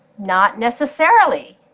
not necessarily.